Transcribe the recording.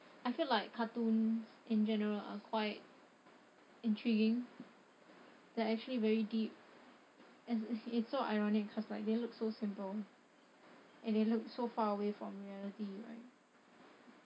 I feel like cartoons in general are quite intriguing they are actually very deep as it is so ironic cause like they look so simple and they look so far away from reality right